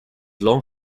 long